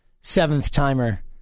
seventh-timer